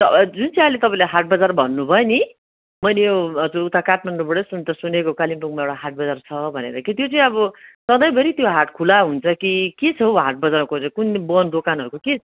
जुन चाहिँ अहिले तपाईँले हाटबजार भन्नुभयो नि मैले यो उता हजुर काठमाडौँबाटै सुन्नु त सुनेको कालिम्पोङमा एउटा हाटबजार छ भनेर कि त्यो चाहिँ अब सँधैभरि त्यो हाट खुल्ला हुन्छ कि के छ हौ हाटबजारको चाहिँ कुन दिन बन्द दोकानहरूको के छ